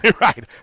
Right